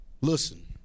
Listen